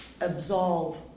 absolve